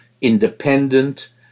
independent